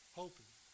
hoping